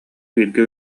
бииргэ